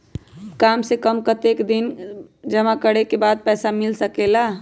काम से कम कतेक दिन जमा करें के बाद पैसा वापस मिल सकेला?